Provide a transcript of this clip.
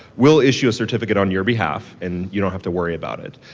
we'll issue a certificate on your behalf and you don't have to worry about it.